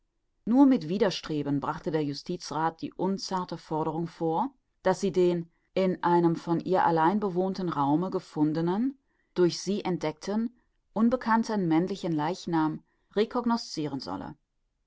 nur mit widerstreben brachte der justizrath die unzarte forderung vor daß sie den in einem von ihr allein bewohnten raume gefundenen durch sie entdeckten unbekannten männlichen leichnam recognosciren solle